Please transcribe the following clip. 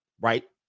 right